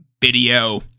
video